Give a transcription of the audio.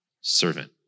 servant